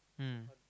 mm